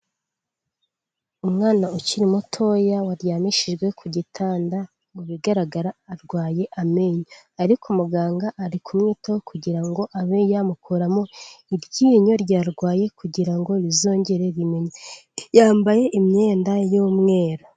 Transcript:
Umwana ukiri mutoya waryamishijwe ku gitanda, mu bigaragara arwaye amenyo, ariko muganga ari kumwitaho kugira ngo abe yamukuramo iryinyo ryarwaye kugira ngo rizongere rimere, yambaye imyenda y'umweru.